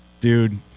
dude